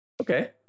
okay